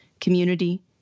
community